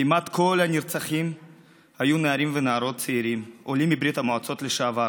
כמעט כל הנרצחים היו נערים ונערות צעירים עולים מברית המועצות לשעבר,